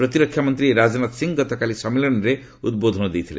ପ୍ରତିରକ୍ଷା ମନ୍ତ୍ରୀ ରାଜନାଥ ସିଂ ଗତକାଲି ସମ୍ମିଳନୀରେ ଉଦ୍ବୋଧନ ଦେଇଥିଲେ